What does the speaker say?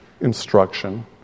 instruction